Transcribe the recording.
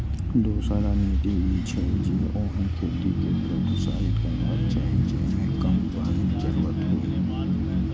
दोसर रणनीति ई छै, जे ओहन खेती कें प्रोत्साहित करबाक चाही जेइमे कम पानिक जरूरत हो